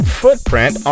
footprint